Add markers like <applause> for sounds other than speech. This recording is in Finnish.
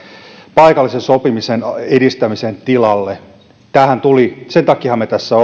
paikallisen sopimisen edistämisen tilalle sen takiahan me tässä <unintelligible>